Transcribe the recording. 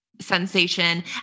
sensation